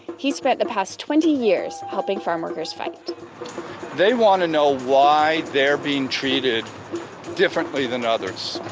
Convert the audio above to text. he's spent the past twenty years helping farmworkers fight they want to know why they're being treated differently than others,